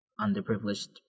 underprivileged